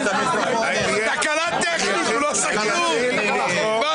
תקלה טכנית, הוא לא עשה כלום.